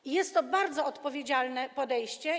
I jest to bardzo odpowiedzialne podejście.